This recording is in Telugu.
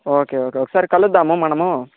ఓకే ఓకే ఒకసారి కలుద్దాము మనము